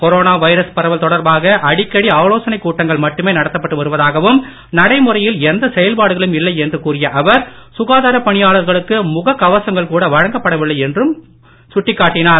corona virus பரவல் தொடர்பாக அடிக்கடி ஆலோசனைக் கூட்டங்கள் மட்டுமே நடத்தப்பட்டு வருவதாகவும் நடைமுறையில் எந்த செயல்பாடுகளும் இல்லை என்று கூறிய அவர் சுகாதார பணியாளர்களுக்கு முக கவசங்கள் கூட வழங்கப்படவில்லை என்றும் சுட்டிக்காட்டினார்